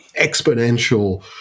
exponential